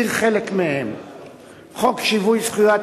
אם לא, לבקש מחבריך לתת לך ביטוי גם שם.